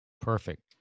Perfect